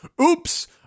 Oops